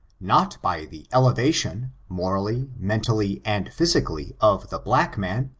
not by the elevation, morally, men tally and physically, of the black man,